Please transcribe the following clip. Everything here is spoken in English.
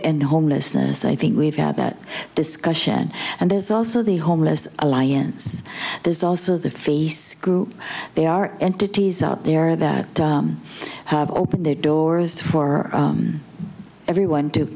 end homelessness i think we've had that discussion and there's also the homeless alliance there's also the face group they are entities out there that have opened their doors for everyone to